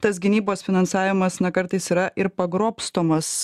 tas gynybos finansavimas na kartais yra ir pagrobstomas